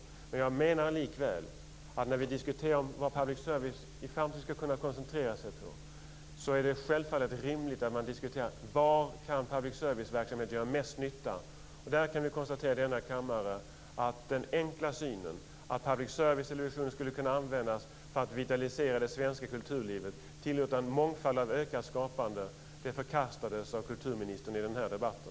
Jag menar likväl att det, när vi diskuterar vad public service i framtiden skall kunna koncentrera sig på, självfallet är rimligt att man diskuterar var public service-verksamheten kan göra mest nytta. Vi kan i denna kammare konstatera att den enkla synen att public service-televisionen skulle kunna användas för att vitalisera det svenska kulturlivet, tillåta en mångfald av ökat skapande, förkastades av kulturministern i den här debatten.